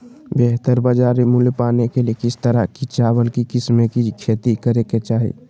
बेहतर बाजार मूल्य पाने के लिए किस तरह की चावल की किस्मों की खेती करे के चाहि?